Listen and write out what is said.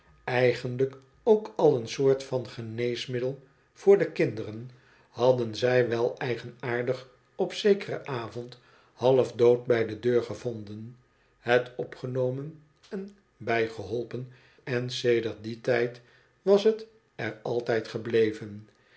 eigenlijk ook al een soort van geneesmiddel voor de kinderen hadden zij wel eigenaardig op zekeren avond half dood bij do deur gevonden het opgenomen en bijgeholpen en sedert dien tijd was het er altijd gebleven